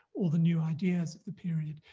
all the new ideas of the period.